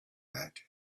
that